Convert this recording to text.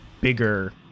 bigger